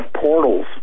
portals